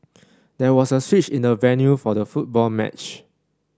there was a switch in the venue for the football match